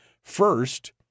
First